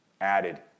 added